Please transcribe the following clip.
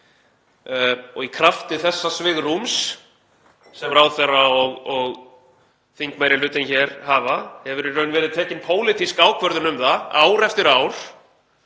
og í krafti þessa svigrúms sem ráðherra og þingmeirihlutinn hér hafa hefur í raun verið tekin pólitísk ákvörðun um það ár eftir ár,